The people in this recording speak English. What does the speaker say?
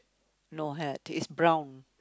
no hat is brown